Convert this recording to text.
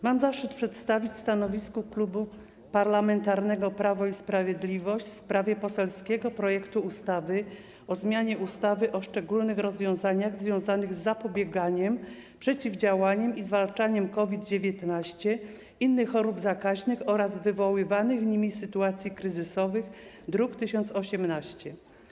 Mam zaszczyt przedstawić stanowisko Klubu Parlamentarnego Prawo i Sprawiedliwość w sprawie poselskiego projektu ustawy o zmianie ustawy o szczególnych rozwiązaniach związanych z zapobieganiem, przeciwdziałaniem i zwalczaniem COVID-19, innych chorób zakaźnych oraz wywołanych nimi sytuacji kryzysowych, druk nr 1018.